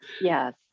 Yes